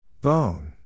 Bone